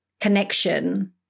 connection